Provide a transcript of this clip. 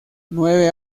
nueve